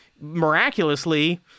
miraculously